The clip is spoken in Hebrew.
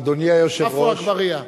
עפו אגבאריה.